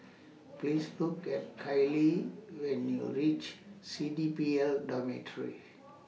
Please Look At Kailee when YOU REACH C D P L Dormitories